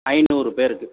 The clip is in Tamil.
ஐந்நூறு பேருக்கு